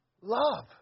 love